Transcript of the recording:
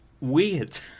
weird